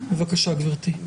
בבקשה גברתי.